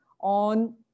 on